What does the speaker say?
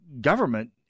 government